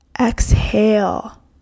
Exhale